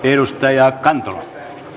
edustaja kantola